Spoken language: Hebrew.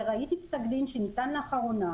ראיתי פסק דין שניתן לאחרונה,